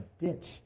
ditch